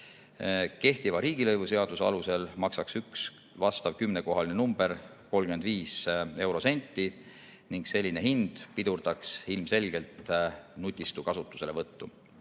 Kehtiva riigilõivuseaduse alusel maksaks üks selline 10-kohaline number 35 eurosenti ning selline hind pidurdaks ilmselgelt nutistu kasutuselevõttu.